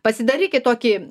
pasidarykit tokį